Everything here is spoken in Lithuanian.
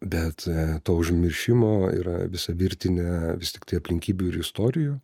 bet to užmiršimo yra visa virtinė vis tiktai aplinkybių ir istorijų